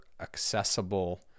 accessible